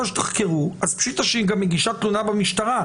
שיחקרו עכשיו אז פשיטא שהיא גם מגישה תלונה במשטרה.